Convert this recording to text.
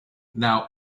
now